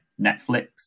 Netflix